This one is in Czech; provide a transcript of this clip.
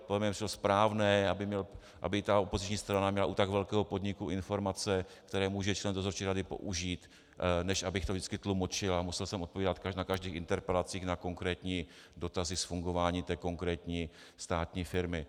Přišlo mi správné, aby ta opoziční strana měla u tak velkého podniku informace, které může člen dozorčí rady použít, než abych to vždycky tlumočil a musel jsem odpovídat na každých interpelacích na konkrétní dotazy z fungování té konkrétní státní firmy.